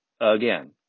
again